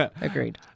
Agreed